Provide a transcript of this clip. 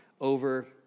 over